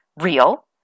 real